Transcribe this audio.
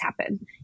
happen